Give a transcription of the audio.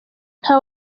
nta